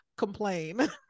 Complain